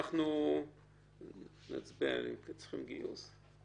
נצביע צריכים גיוס?